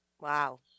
Wow